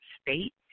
state